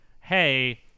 Hey